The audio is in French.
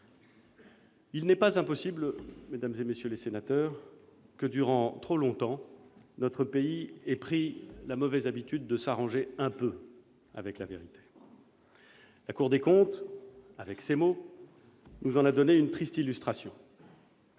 il n'est pas impossible que, durant trop longtemps, notre pays ait pris la mauvaise habitude de s'arranger un peu avec la vérité. La Cour des comptes, avec ses mots, nous en a donné une triste illustration.